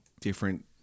different